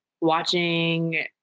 watching